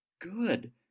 good